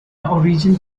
origin